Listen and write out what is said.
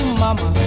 mama